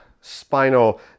spinal